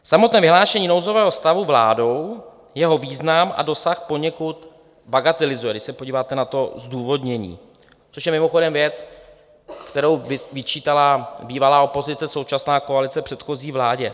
Samotné vyhlášení nouzového stavu vládou jeho význam a dosah poněkud bagatelizuje když se podíváte na to zdůvodnění což je mimochodem věc, kterou vyčítala bývalá opozice, současná koalice předchozí vládě.